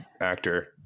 actor